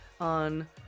on